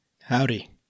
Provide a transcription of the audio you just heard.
Howdy